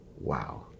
wow